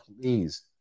please